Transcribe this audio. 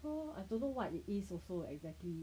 so I don't know what it is also exactly